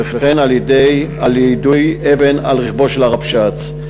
וכן על יידוי אבן על רכבו של הרב שץ,